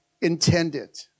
intended